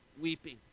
weeping